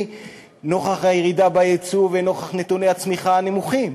נוכח הירידה בייצור ונוכח נתוני הצמיחה הנמוכים.